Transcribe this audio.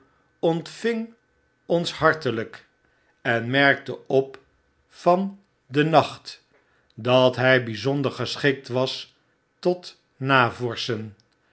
ontving ons hartelijk en merkte op van den nacht dat hy byzonder geschikt was tot navorschen